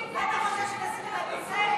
מה, אתה חושב שתסיט את הנושא?